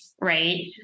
right